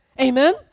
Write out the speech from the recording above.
Amen